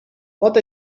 pot